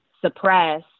suppress